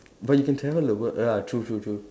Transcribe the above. but you can travel the world ya true true true